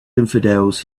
infidels